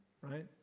right